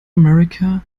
america